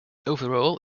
overall